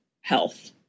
health